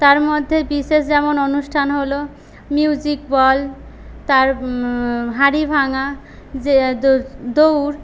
তার মধ্যে বিশেষ যেমন অনুষ্ঠান হলো মিউজিক বল তার হাঁড়ি ভাঙা দৌড়